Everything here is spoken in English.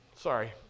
sorry